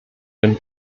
den